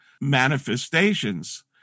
manifestations